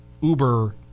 Uber